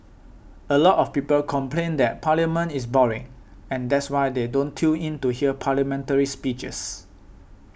a lot of people complain that Parliament is boring and that's why they don't tune in to hear Parliamentary speeches